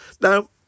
Now